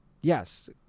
Yes